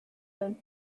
and